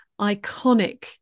iconic